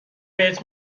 بهت